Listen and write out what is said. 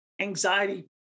anxiety